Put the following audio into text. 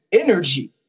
energy